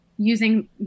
Using